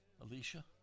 Alicia